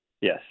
Yes